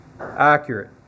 accurate